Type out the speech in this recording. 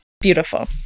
Beautiful